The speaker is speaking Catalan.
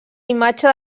imatge